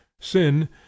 Sin